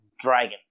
dragon